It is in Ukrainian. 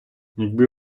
якби